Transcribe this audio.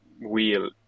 wheel